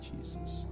Jesus